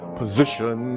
position